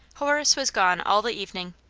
horac? was gone all the evening.